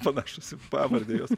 panašūs į pavardę jos